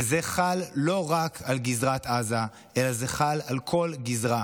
וזה חל לא רק על גזרת עזה אלא זה חל על כל גזרה.